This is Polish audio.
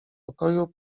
pokoju